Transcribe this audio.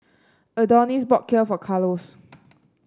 Adonis bought Kheer for Carlos